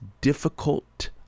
difficult